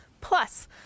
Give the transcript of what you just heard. plus